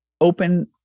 open